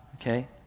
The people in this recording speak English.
okay